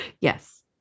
Yes